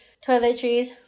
toiletries